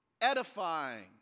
edifying